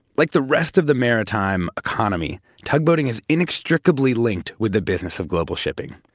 like the rest of the maritime economy, tug-boating is inextricably linked with the business of global shipping.